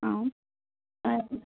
ಹಾಂ ಹಾಂ